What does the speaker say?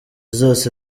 zose